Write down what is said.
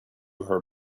her